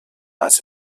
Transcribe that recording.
als